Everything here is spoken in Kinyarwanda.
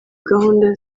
gahunda